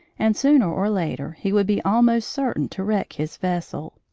and sooner or later he would be almost certain to wreck his vessel.